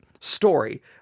story